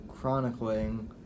chronicling